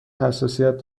حساسیت